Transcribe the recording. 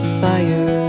fire